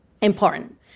important